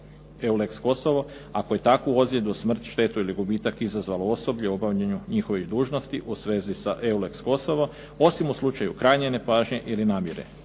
EULEX Kosovo ako je takvu ozljedu, smrt, štetu ili gubitak izazvalo osoblje u obavljanju njihovih dužnosti u svezi sa EULEX Kosovo. Osim u slučaju krajnje nepažnje ili namjere